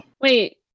Wait